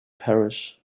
parish